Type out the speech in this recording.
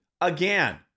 again